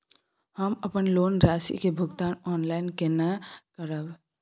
हम अपन लोन राशि के भुगतान ऑनलाइन केने करब?